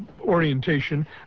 orientation